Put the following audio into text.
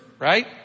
Right